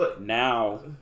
now